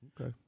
Okay